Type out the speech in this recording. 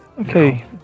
okay